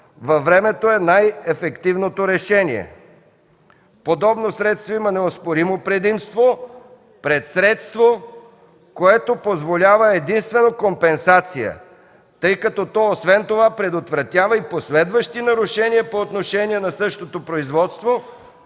във времето, е най-ефективното решение. Подобно средство има неоспоримо предимство пред средство, което позволява единствено компенсация, тъй като то освен това предотвратява и последващи нарушения по отношение на същото производство,